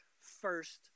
first